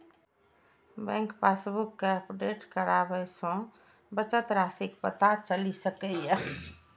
bank passbook कें update कराबय सं बचत राशिक पता चलि सकैए